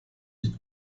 die